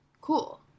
Cool